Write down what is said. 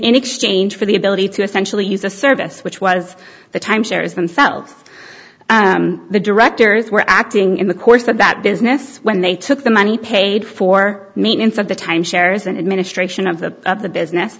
in exchange for the ability to essentially use a service which was the time shares themselves the directors were acting in the course that that business when they took the money paid for maintenance of the time shares and administration of the of the business